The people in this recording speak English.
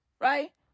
Right